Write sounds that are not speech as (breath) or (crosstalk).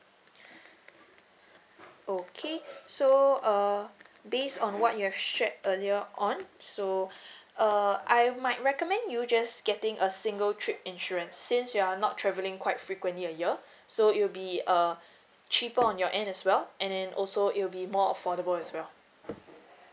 (breath) okay so uh based on what you have shared earlier on so (breath) uh I might recommend you just getting a single trip insurance since you're not travelling quite frequently a year so it will be uh cheaper on your end as well and then also it will be more affordable as well